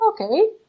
Okay